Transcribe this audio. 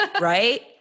Right